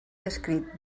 escrit